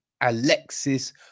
Alexis